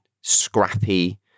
scrappy